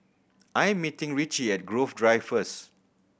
I am meeting Richie at Grove Drive first